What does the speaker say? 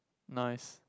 nice